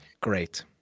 great